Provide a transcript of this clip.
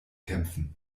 kämpfen